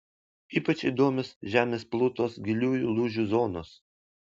ypač įdomios žemės plutos giliųjų lūžių zonos